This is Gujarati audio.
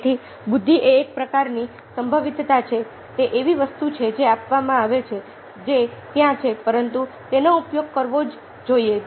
તેથી બુદ્ધિ એ એક પ્રકારની સંભવિતતા છે તે એવી વસ્તુ છે જે આપવામાં આવે છે જે ત્યાં છે પરંતુ તેનો ઉપયોગ કરવો જ જોઇએ